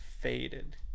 faded